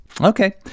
Okay